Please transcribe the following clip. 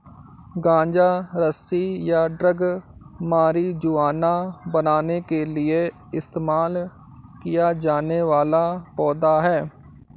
गांजा रस्सी या ड्रग मारिजुआना बनाने के लिए इस्तेमाल किया जाने वाला पौधा है